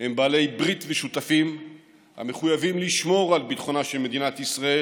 הם בעלי ברית ושותפים המחויבים לשמור על ביטחונה של מדינת ישראל,